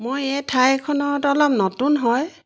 মই এই ঠাইখনত অলপ নতুন হয়